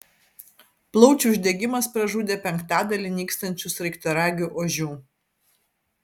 plaučių uždegimas pražudė penktadalį nykstančių sraigtaragių ožių